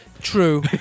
True